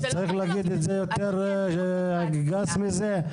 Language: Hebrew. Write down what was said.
אז צריך להגיד את זה יותר גס מזה?